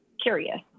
curious